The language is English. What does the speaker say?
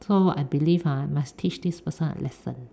so I believe ah must teach this person a lesson